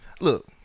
Look